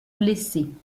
blessés